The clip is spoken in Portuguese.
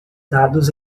dados